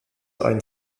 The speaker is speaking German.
ein